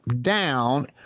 down